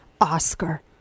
Oscar